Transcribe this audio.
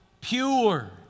pure